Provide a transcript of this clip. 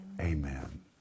Amen